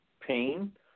pain